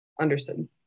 Anderson